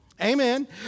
Amen